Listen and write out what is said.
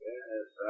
Yes